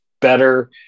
better